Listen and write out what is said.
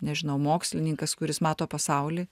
nežinau mokslininkas kuris mato pasaulį